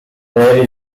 there